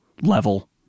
level